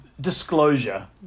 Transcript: disclosure